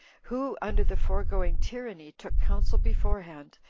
who, under the foregoing tyranny, took counsel beforehand,